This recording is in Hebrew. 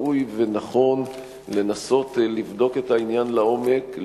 שראוי ונכון לנסות לבדוק את העניין לעומק,